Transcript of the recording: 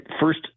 first